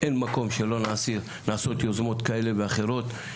אין מקום שלא נעשות יוזמות כאלה ואחרות,